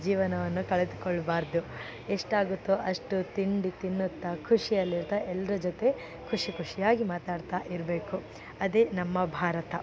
ಜೀವನವನ್ನು ಕಳೆದುಕೊಳ್ಬಾರ್ದು ಎಷ್ಟಾಗುತ್ತೊ ಅಷ್ಟು ತಿಂಡಿ ತಿನ್ನುತ್ತಾ ಖುಷಿಯಲ್ಲಿರ್ತಾ ಎಲ್ರ ಜೊತೆ ಖುಷಿ ಖುಷಿಯಾಗಿ ಮಾತಾಡ್ತಾ ಇರಬೇಕು ಅದೇ ನಮ್ಮ ಭಾರತ